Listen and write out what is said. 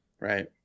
Right